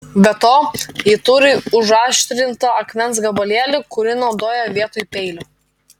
be to ji turi užaštrintą akmens gabalėlį kurį naudoja vietoj peilio